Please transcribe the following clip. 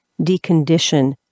decondition